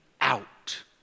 out